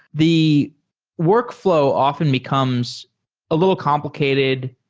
the workfl ow often becomes a little complicated,